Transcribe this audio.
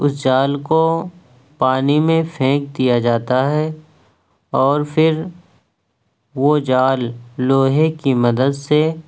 اس جال کو پانی میں پھینک دیا جاتا ہے اور پھر وہ جال لوہے کی مدد سے